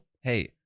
hey